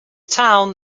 town